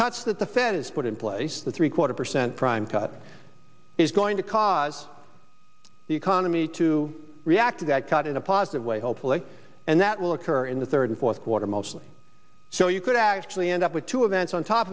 cuts that the fed has put in place the three quarter percent prime target is going to cause the economy to react to that cut in a positive way hopefully and that will occur in the third and fourth quarter mostly so you could actually end up with two events on top